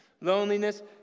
Loneliness